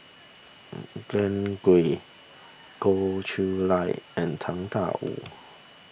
Glen Goei Goh Chiew Lye and Tang Da Wu